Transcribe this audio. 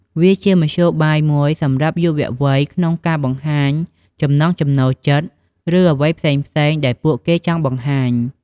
វាជាមធ្យោបាយមួយសម្រាប់យុវវ័យក្នុងការបង្ហាញចំណង់ចំណូលចិត្ត ឬអ្វីផ្សេងៗដែលពួកគេចង់បង្ហាញ។